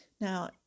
Now